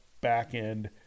back-end